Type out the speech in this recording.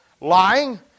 lying